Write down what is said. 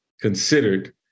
considered